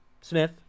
Smith